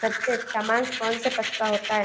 सबसे अच्छा मांस कौनसे पशु का होता है?